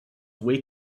way